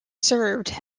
served